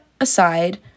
aside